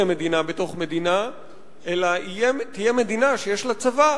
מדינה בתוך מדינה אלא תהיה מדינה שיש לה צבא,